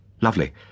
lovely